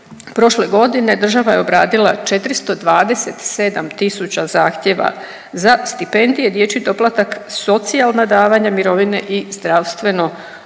Prošle godine država je obradila 427 tisuća zahtjeva za stipendije, dječji doplatak, socijalna davanja, mirovine i zdravstveno osiguranje,